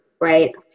right